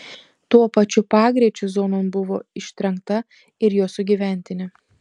tuo pačiu pagreičiu zonon buvo ištrenkta ir jo sugyventinė